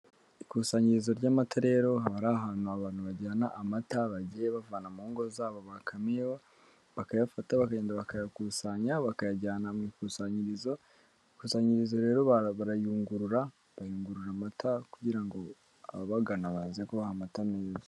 Ikusanyirizo ry'amata rero, hariba ahantu abantu bajyana amata bagiye bavana mu ngo zabo bakameyeho, bakayafata bakagenda bakayakusanya, bakayajyana mu ikusanyirizo, ikusanyiririza rero barayungurura, bayungurura amata kugira ngo ababagana baze kubaha amata meza.